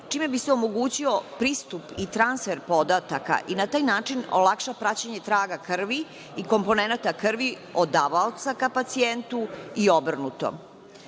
čime bi se omogućio pristup i transfer podataka i na taj način olakša praćenje traga krvi i komponenata krvi od davaoca ka pacijentu i obrnuto,